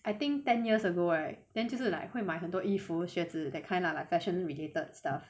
I think ten years ago right then 就是 like 会买很多衣服鞋子 that kind lah like fashion related stuff